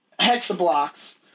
hexablocks